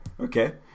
Okay